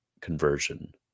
conversion